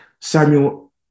Samuel